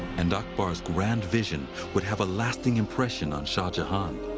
and akbar's grand vision would have a lasting impression on shah jahan.